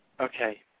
Okay